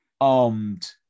armed